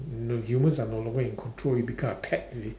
the humans are no longer in control you become a pet you see